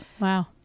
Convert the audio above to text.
Wow